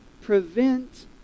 prevent